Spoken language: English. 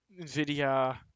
NVIDIA